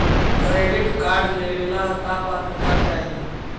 Credit card लेवेला का पात्रता चाही?